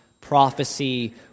prophecy